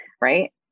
right